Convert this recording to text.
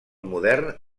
modern